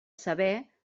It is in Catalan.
saber